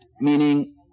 meaning